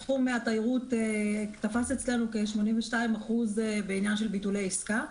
תחום התיירות תפס אצלנו כ-82% בעניין של ביטולי עסקה.